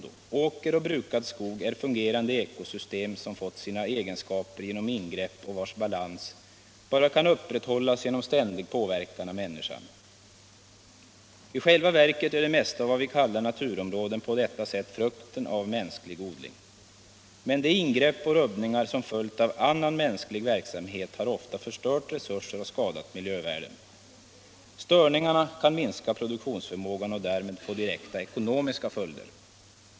Åkrar — Nr 48 och brukad skog är fungerande ekosystem som fått sina egenskaper genom Torsdagen den ingrepp och vars balans bara kan upprätthållas genom ständig påverkan 16 december1976 av människan. I själva verket är det mesta av vad vi kallar naturområden på detta sätt frukten av mänsklig odling. Men de ingrepp och rubbningar - Samordnad som följt av annan mänsklig verksamhet har ofta förstört resurser och skadat — sysselsättnings och miljövärden. Störningar kan minska produktionsförmågan och därmed få = regionalpolitik direkta ekonomiska följder.